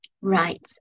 right